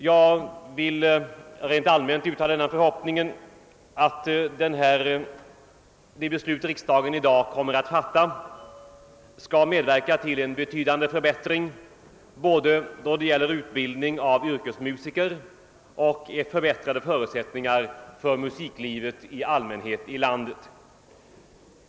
Jag vill rent allmänt uttala den förhoppningen att det beslut riksdagen i dag fattar skall medverka till en betydande förbättring då det gäller både utbildning av yrkesmusiker och förbättrade förutsättninar för musiklivet i allmänhet i landet.